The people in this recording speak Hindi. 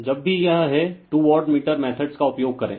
तो जब भी यह हैं टू वाटमीटर मेथड्स का उपयोग करें